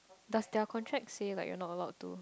does their contract say like you're not allowed to